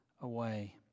away